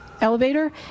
elevator